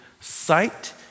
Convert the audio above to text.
Sight